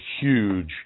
huge